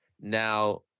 Now